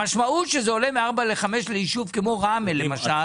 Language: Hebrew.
המשמעות שזה עולה מ-4 ל-5 ליישוב כמו ראמה למשל,